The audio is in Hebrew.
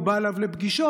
הוא בא אליו לפגישות,